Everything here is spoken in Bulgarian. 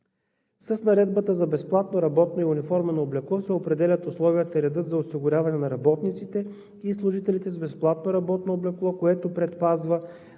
С Наредбата за безплатното работно и униформено облекло се определят условията и редът за осигуряване на работниците и служителите с безплатно работно облекло, което предпазва